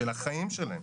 של החיים שלהם.